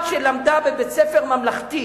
בת שלמדה בבית-ספר ממלכתי